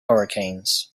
hurricanes